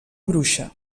bruixa